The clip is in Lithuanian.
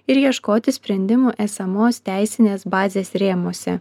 ir ieškoti sprendimų esamos teisinės bazės rėmuose